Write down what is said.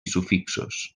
sufixos